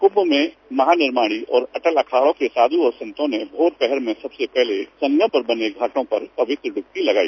कभ में महानिर्माणी और अटल अखाड़ों के साधु और संतों ने भोर पहर में सबसे पहले संगम पर बने घाटों पर पवित्र डुबकी लगाई